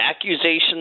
accusations